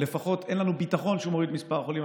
לפחות אין לנו ביטחון שהוא מוריד את מספר החולים.